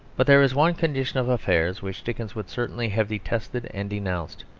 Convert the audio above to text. but there is one condition of affairs which dickens would certainly have detested and denounced,